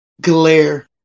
glare